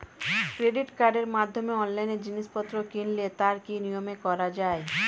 Credit কার্ডের মাধ্যমে অনলাইনে জিনিসপত্র কিনলে তার কি নিয়মে করা যায়?